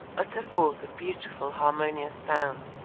utter forth a beautiful harmonious sound.